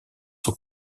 son